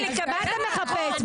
מה אתה מחפש,